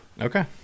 Okay